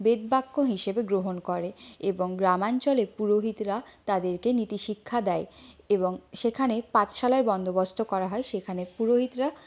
বেদবাক্য হিসেবে গ্রহণ করে এবং গ্রামাঞ্চলের পুরোহিতরা তাদেরকে নীতি শিক্ষা দেয় এবং সেখানে পাঠশালায় বন্দোবস্ত করা হয় সেখানে পুরোহিতরা